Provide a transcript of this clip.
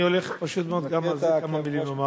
אני הולך פשוט מאוד לומר כמה מלים,